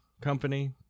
company